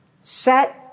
Set